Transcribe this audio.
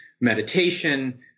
meditation